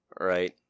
right